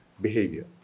behavior